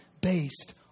based